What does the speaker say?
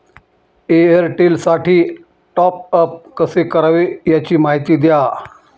एअरटेलसाठी टॉपअप कसे करावे? याची माहिती द्या